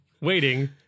waiting